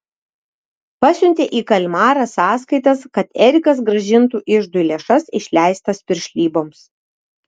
pasiuntė į kalmarą sąskaitas kad erikas grąžintų iždui lėšas išleistas piršlyboms